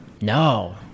No